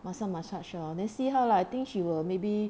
马上 massage lor let's see how lah I think she will maybe